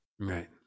right